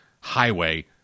highway